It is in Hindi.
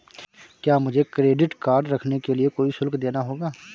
क्या मुझे क्रेडिट कार्ड रखने के लिए कोई शुल्क देना होगा?